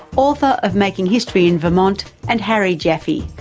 author of making history in vermont, and harry jaffe,